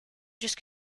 just